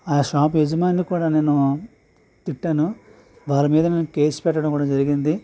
ఆ షాప్ యజమానికి కూడా నేను తిట్టాను వాళ్ళ మీద నేను కేస్ పెట్టడం కూడా జరిగింది